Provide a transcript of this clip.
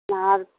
نہر